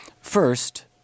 First